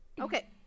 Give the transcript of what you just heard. Okay